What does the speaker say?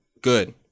good